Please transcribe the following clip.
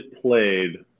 played –